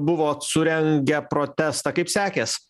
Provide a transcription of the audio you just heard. buvot surengę protestą kaip sekės